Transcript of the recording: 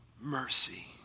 mercy